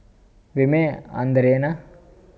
ವಿಮೆ ಅಂದ್ರೆ ಏನ?